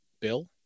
bill